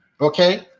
okay